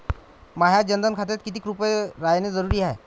माह्या जनधन खात्यात कितीक रूपे रायने जरुरी हाय?